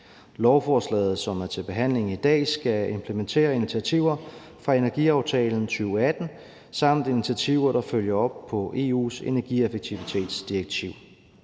Lovforslaget, som er til behandling i dag, skal implementere initiativer fra energiaftalen 2018 samt initiativer, der følger op på EU's energieffektivitetsdirektiv.